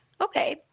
Okay